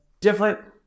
different